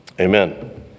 Amen